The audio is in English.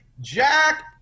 Jack